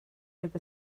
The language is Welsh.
heb